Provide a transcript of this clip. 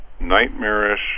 nightmarish